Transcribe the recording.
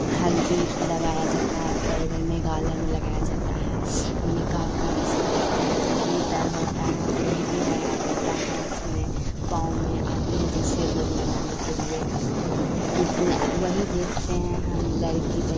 ہلدی لگایا جاتا ہے پیر اور میں گال اول میں لگایا جاتا ہے نکاح کا رسم ہوتا ہے گیتر ہوتا ہے مہندی لگایا جاتا ہے ہاتھ میں پاؤں میں آتے ہیں دوسرے لوگ لگانے کے لیے وہی دیکھتے ہیں ہم لڑکی